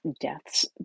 deaths